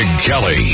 kelly